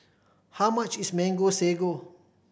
how much is Mango Sago